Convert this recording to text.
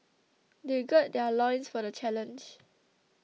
they gird their loins for the challenge